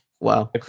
Wow